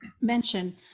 mention